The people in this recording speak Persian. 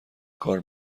کار